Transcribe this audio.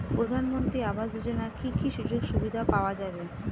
প্রধানমন্ত্রী আবাস যোজনা কি কি সুযোগ সুবিধা পাওয়া যাবে?